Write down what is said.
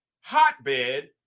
hotbed